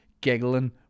giggling